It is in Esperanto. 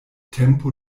tempo